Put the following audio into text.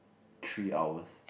three hours